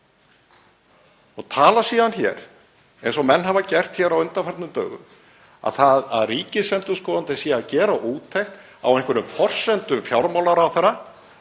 að tala síðan hér eins og menn hafa gert á undanförnum dögum, eins og ríkisendurskoðandi sé að gera úttekt á einhverjum forsendum fjármálaráðherra,